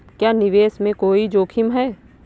क्या निवेश में कोई जोखिम है?